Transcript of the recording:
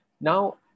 Now